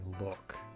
look